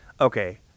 okay